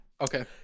okay